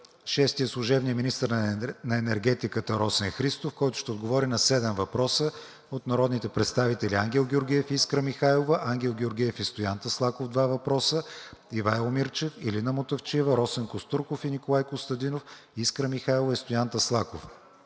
- служебният министър на енергетиката Росен Христов, който ще отговори на седем въпроса от народните представители Ангел Георгиев, Искра Михайлова; Ангел Георгиев и Стоян Таслаков – два въпроса; Ивайло Мирчев, Илина Мутафчиева, Росен Костурков и Николай Костадинов, Искра Михайлова и Стоян Таслаков;